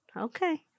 Okay